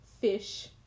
fish